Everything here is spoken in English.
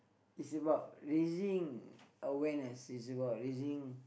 is about raising awareness is about raising